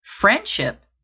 Friendship